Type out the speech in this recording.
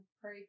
pray